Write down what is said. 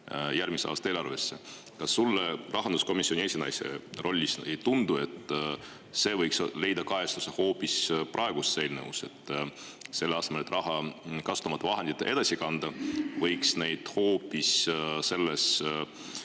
järgmise aasta eelarvesse. Kas sulle rahanduskomisjoni esinaise rollis ei tundu, et see võiks leida kajastust hoopis praeguses eelnõus? Selle asemel, et kasutamata raha edasi kanda, võiks seda hoopis selles